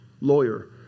lawyer